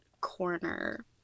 corner